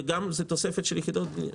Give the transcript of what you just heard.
וגם תוספת יחידות חדשות.